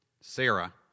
Sarah